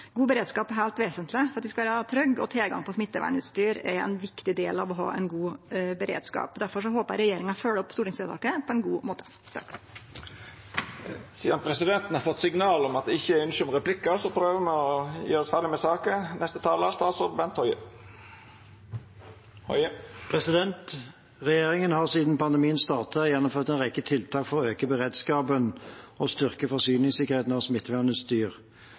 God beredskap er heilt vesentleg for at vi skal vere trygge, og tilgang på smittevernutstyr er ein viktig del av å ha ein god beredskap. Derfor håper eg regjeringa følgjer opp stortingsvedtaket på ein god måte. Sidan presidenten har fått signal om at ein ikkje ynskjer replikkar, prøver me å gjera oss ferdige med saka før voteringa. Regjeringen har siden pandemien startet, gjennomført en rekke tiltak for å øke beredskapen og styrke